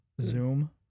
Zoom